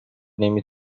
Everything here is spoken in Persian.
نمی